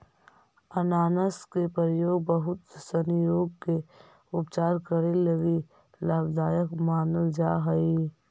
अनानास के प्रयोग बहुत सनी रोग के उपचार करे लगी लाभदायक मानल जा हई